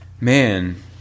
man